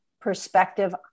perspective